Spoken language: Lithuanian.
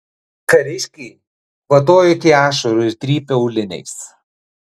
kariškiai kvatojo iki ašarų ir trypė auliniais